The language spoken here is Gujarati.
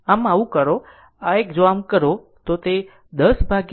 આમ આવું કરો તો આ એક જો આમ કરો તો 10 13